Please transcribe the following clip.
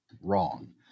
wrong